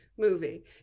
Movie